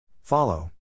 follow